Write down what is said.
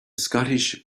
scottish